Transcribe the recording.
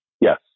Yes